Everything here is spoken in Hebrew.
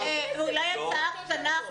אולי הצעה אחת קטנה.